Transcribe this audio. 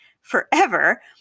forever